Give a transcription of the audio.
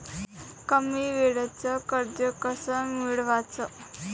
कमी वेळचं कर्ज कस मिळवाचं?